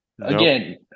again